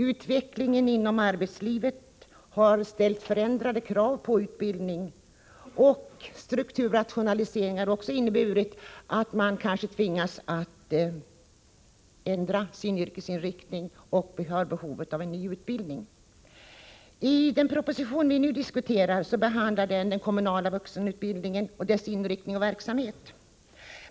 Utvecklingen inom arbetslivet har ställt förändrade krav på utbildning, och strukturrationaliseringar har inneburit att man kanske tvingas att ändra sin yrkesinriktning och har behov av en ny utbildning. I den proposition vi nu diskuterar behandlas den kommunala vuxenutbildningen och dess inriktning och verksamhet.